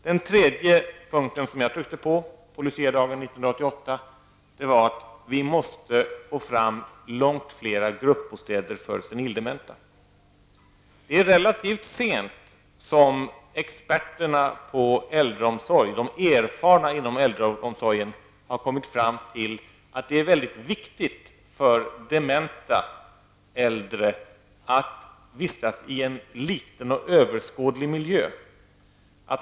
Den tredje punkten som jag pekade på Luciadagen 1988 var att vi måste få fram långt fler gruppbostäder för senildementa. Experterna på äldreomsorg, de erfarna inom äldreomsorgen har relativt sent kommit fram till att det är mycket viktigt för dementa äldre att vistas i en liten och överskådlig miljö.